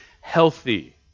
healthy